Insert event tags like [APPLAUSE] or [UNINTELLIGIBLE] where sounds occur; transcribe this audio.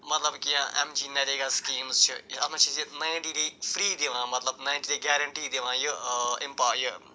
مطلب کیٚنٛہہ M G NREGA schemes چھِ اَتھ [UNINTELLIGIBLE] نایِنٹی ڈے فرٛی دِوان مطلب نایِنٹی ڈے گیرٮ۪نٹی دِوان یہِ اَمہِ پا یہِ